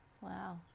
wow